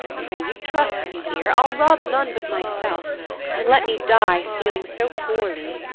pray you trust me here. i'll rob none but myself and let me die, stealing so poorly.